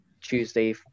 Tuesday